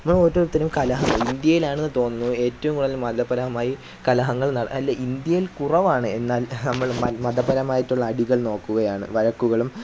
നമ്മൾ ഓരോരുത്തരും കലഹ ഇന്ത്യയിലാണെന്നു തോന്നുന്നു ഏറ്റവും കൂടുതൽ മതപരമായി കലഹങ്ങൾ നട അല്ല ഇന്ത്യയിൽ കുറവാണ് എന്നാൽ നമ്മൾ മതപരമായിട്ടുള്ള അടികൾ നോക്കുകയാണ് വഴക്കുകളും